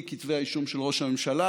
בלי כתבי האישום של ראש הממשלה,